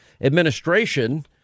administration